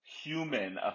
human